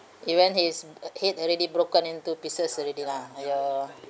even his uh head already broken into pieces already lah !aiyo!